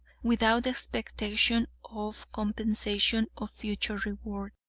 without expectation of compensation or future reward.